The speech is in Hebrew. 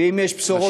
ואם יש בשורות טובות,